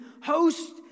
host